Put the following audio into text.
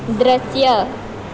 દ્રશ્ય